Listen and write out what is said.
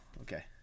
Okay